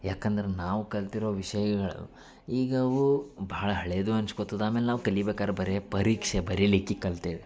ಯಾಕಂದ್ರೆ ನಾವು ಕಲ್ತಿರೋ ವಿಷಯಗಳು ಈಗ ಅವು ಬಹಳ ಹಳೆಯದು ಅನ್ಸ್ಕೋತದ ಆಮೇಲೆ ನಾವು ಕಲಿಬೇಕಾರೆ ಬರೇ ಪರೀಕ್ಷೆ ಬರಿಲಿಕ್ಕೆ ಕಲ್ತೇವೆ